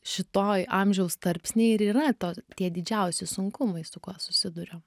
šitoj amžiaus tarpsny ir yra to tie didžiausi sunkumai su kuo susiduria